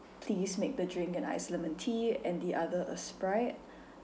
please make the drink an iced lemon tea and the other a sprite